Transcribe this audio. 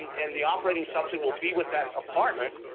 and the operating subsidy will be with that apartment.